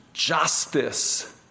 justice